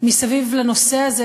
מסביב לנושא הזה,